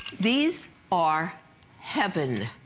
these are heaven!